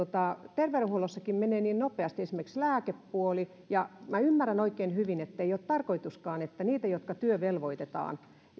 terveydenhuollossakin menee niin nopeasti esimerkiksi lääkepuoli minä ymmärrän oikein hyvin ettei ole tarkoituskaan että ne jotka työvelvoitetaan